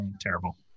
Terrible